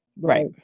Right